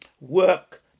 Work